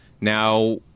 Now